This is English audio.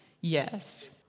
Yes